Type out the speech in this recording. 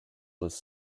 was